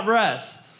rest